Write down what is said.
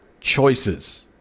choices